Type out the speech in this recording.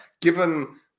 given